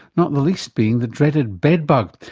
not the least being the dreaded bedbug,